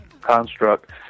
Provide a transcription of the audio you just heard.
construct